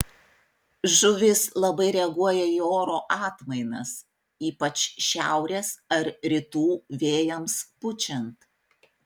žuvys labai reaguoja į oro atmainas ypač šiaurės ar rytų vėjams pučiant